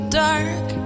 dark